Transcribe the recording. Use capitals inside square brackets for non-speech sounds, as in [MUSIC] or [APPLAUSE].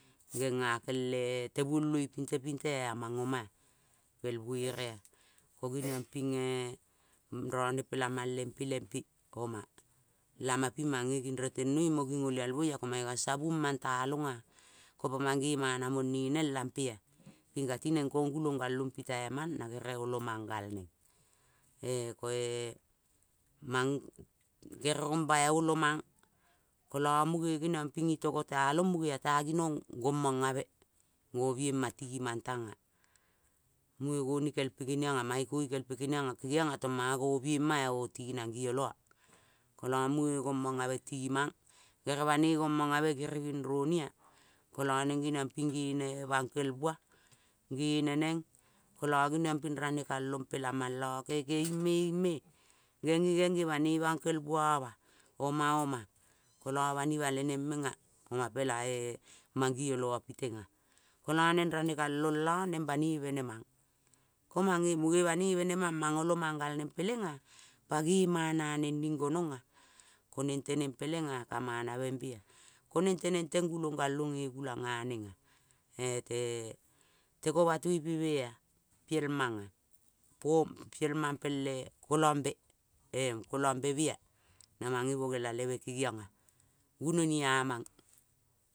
Ngera kel e te guoloi pinte pinte ea amang oma pel buere ea. Ko ngeniong ping ee rone pela mang lempe lempe oma. Lama ping menge nging rialenoi mo nging olialmoi ea ko mange ka sabung mang tealong ea. Ko pa mang nge mana mone neng lampe ea, ping ka ti neng kong gulong ngal long pilai mang na ere olo mang ngal eng. E koe rong mbai olo mang, kolo munge ngeniong ping ta ginong ngomong abe ngomieng ma timang tang ea. Mung ngoning kel pe ngeniong mange konikelpe keniong ea kengiong ea tomanga ngomiema ngo ti nang ngi oloa. Kolo mieng gomong abe ti mang, kere bane ngomong abe giriong roni ea, blankel bua geneneng kolo geniong ping vanekalong pelamang lo keke ing me ing me-e genge genge bane bankel bua va oma oma kolo banima le neng meng ea oma pela e mang ngi oloa oma pileng ea. Kolo neng ranekalong lo bane bene mang. Ko mange munge ba ne bene mang mang domang gal neng peleng ea pa nge mana neng nging ngonong ea. Ko neng teneng peleng ea ka manabembe ea. Ko neng teneng teng gulong gae ong nge gulang nga neng ea. [HESITATION] ko e, tegobatoi, pe me ea puel mang ea. Te gobatoi pe me ea piel mang ea, ko peil mang pel e kolombe be ea na mange bongela le me kengiong ea. Gunoni amang